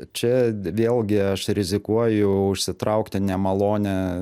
čia vėlgi aš rizikuoju užsitraukti nemalonę